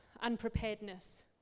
unpreparedness